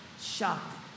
shocked